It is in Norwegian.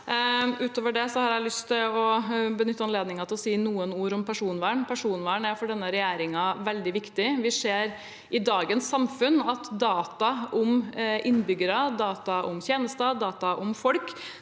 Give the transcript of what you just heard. å benytte anledningen til å si noen ord om personvern. Personvern er for denne regjeringen veldig viktig. Vi ser i dagens samfunn at data om innbyggere, data om tjenester og data om folk